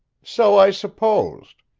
so i supposed.